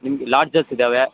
ನಿಮ್ಗ ಲಾಡ್ಜಸ್ ಇದಾವೆ